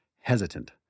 hesitant